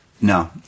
no